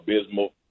abysmal